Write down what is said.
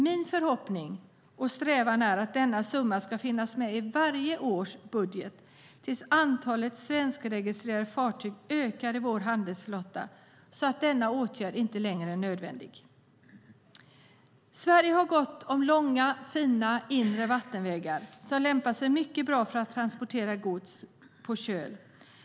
Min förhoppning och strävan är att denna summa ska finnas med i budgeten varje år till dess att antalet svenskregistrerade fartyg ökat i vår handelsflotta så att denna åtgärd inte längre är nödvändig. Sverige har gott om långa fina inre vattenvägar som lämpar sig mycket bra för att transportera gods på köl.